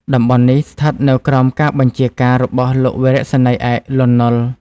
តំបន់នេះស្ថិតនៅក្រោមការបញ្ជាការរបស់លោកវរសេនីយ៍ឯក លន់ ណុល។